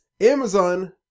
Amazon